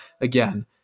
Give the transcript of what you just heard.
again